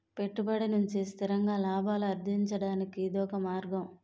పెట్టుబడి నుంచి స్థిరంగా లాభాలు అర్జించడానికి ఇదొక మార్గం